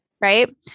Right